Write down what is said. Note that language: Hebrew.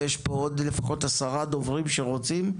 ויש פה עוד לפחות עשרה דוברים שרוצים.